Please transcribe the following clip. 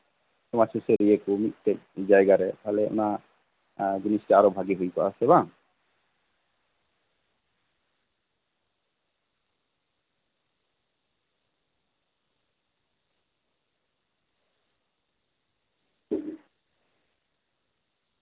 ᱱᱚᱣᱟ ᱥᱩᱥᱟᱹᱨᱤᱭᱟᱹ ᱠᱚ ᱢᱤᱫᱴᱟᱝ ᱡᱟᱭᱜᱟ ᱨᱮ ᱛᱟᱞᱦᱮ ᱡᱤᱱᱤᱥᱴᱟᱜ ᱟᱨᱚ ᱵᱷᱟᱜᱤ ᱦᱩᱭ ᱠᱚᱜᱼᱟ ᱥᱮ ᱵᱟᱝ